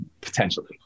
potentially